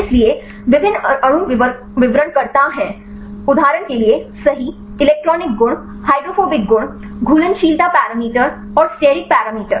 इसलिए विभिन्न अणु विवरणकर्ता हैं उदाहरण के लिए सही इलेक्ट्रॉनिक गुण हाइड्रोफोबिक गुण घुलनशीलता पैरामीटर और स्टेरिक पैरामीटर